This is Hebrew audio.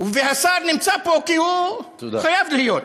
והשר נמצא פה כי הוא חייב להיות.